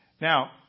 Now